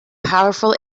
powerful